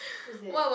who is that